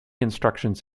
instructions